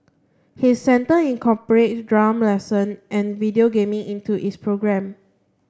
his centre incorporate drum lesson and video gaming into its programme